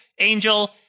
Angel